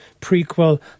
prequel